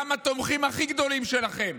גם התומכים הכי גדולים שלכם